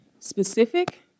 specific